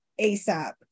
ASAP